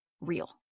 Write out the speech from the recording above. real